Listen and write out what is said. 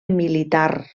militar